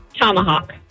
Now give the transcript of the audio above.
Tomahawk